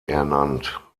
ernannt